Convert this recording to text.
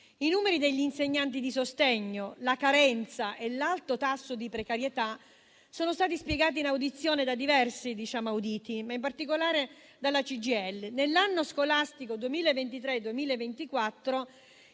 I numeri degli insegnanti di sostegno, la carenza e l'alto tasso di precarietà sono stati spiegati in audizione da diversi auditi, ma in particolare dalla CGIL. Nell'anno scolastico 2023-2024